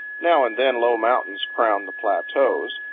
now and then low mountains crown the plateaus.